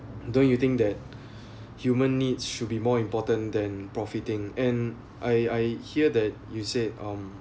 don't you think that human needs should be more important than profiting and I I hear that you said um